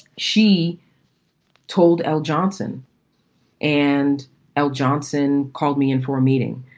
she told elle johnson and elle johnson called me in for a meeting.